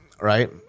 Right